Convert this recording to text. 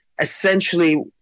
essentially